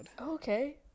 Okay